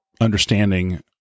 understanding